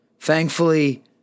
Thankfully